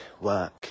work